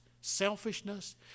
Selfishness